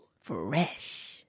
Fresh